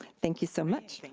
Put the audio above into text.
thank you so much.